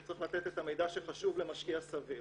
שצריך לתת את המידע שחשוב למשקיע הסביר.